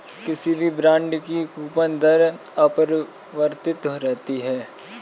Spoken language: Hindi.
किसी भी बॉन्ड की कूपन दर अपरिवर्तित रहती है